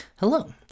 Hello